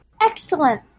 Excellent